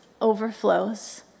overflows